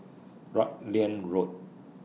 Rutland Road